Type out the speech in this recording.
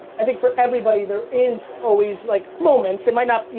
i think for everybody there is always like moments. it might not,